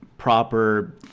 proper